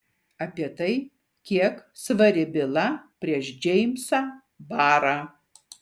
apie tai kiek svari byla prieš džeimsą barą